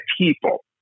people